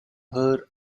her